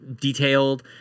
detailed